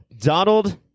Donald